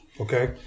Okay